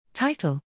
Title